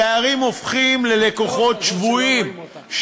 הדיירים הופכים ללקוחות שבויים,